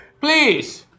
Please